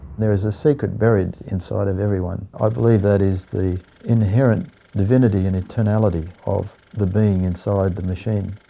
there is a secret buried inside of everyone. i believe that is the inherent divinity and eternality of the being inside the machine.